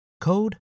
code